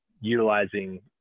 utilizing